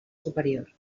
superior